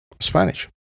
Spanish